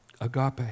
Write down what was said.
Agape